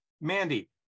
Mandy